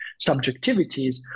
subjectivities